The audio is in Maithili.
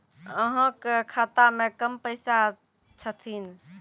अहाँ के खाता मे कम पैसा छथिन?